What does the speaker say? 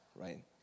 right